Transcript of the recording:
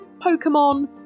Pokemon